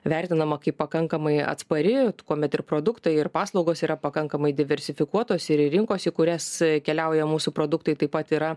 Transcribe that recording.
vertinama kaip pakankamai atspari kuomet ir produktai ir paslaugos yra pakankamai diversifikuotos ir rinkos į kurias keliauja mūsų produktai taip pat yra